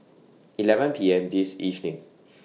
eleven P M This evening